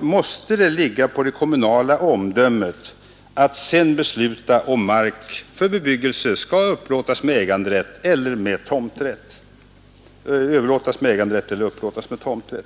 mäste det ligga på det kommunala omdömet att sedan besluta huruvida mark för bebyggelse skall överlätas med äganderätt eller upplätas med tomträtt.